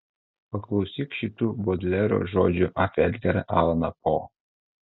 paklausyk šitų bodlero žodžių apie edgarą alaną po